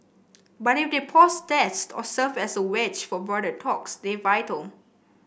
but if they pause tests or serve as a wedge for broader talks they're vital